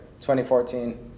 2014